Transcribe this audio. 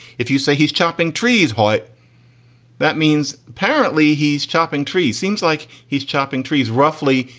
if you say he's chopping trees, what that means, apparently he's chopping trees. seems like he's chopping trees roughly.